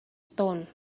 stone